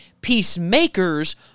Peacemakers